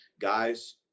guys